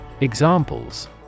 Examples